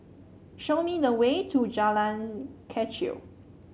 show me the way to Jalan Kechil